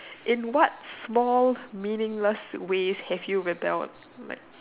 in what small meaningless ways have you rebel like